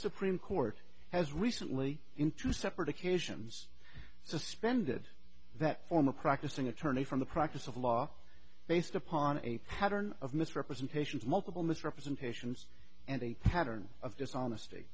supreme court has recently in two separate occasions suspended that former practicing attorney from the practice of law based upon a pattern of misrepresentations multiple misrepresentations and a pattern of dishonesty